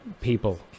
people